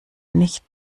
nicht